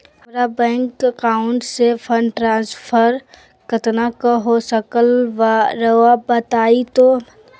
हमरा bank account से fund transfer कितना का हो सकल बा रुआ बताई तो?